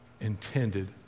intended